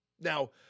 Now